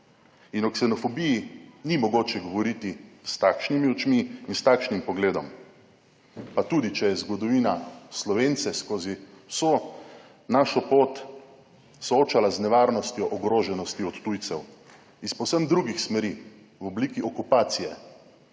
in o ksenofobiji ni mogoče govoriti s takšnimi očmi in s takšnim pogledom pa tudi, če je zgodovina Slovence skozi vso našo pot soočala z nevarnostjo ogroženosti od tujcev iz povsem drugih smeri v obliki okupacije,